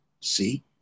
See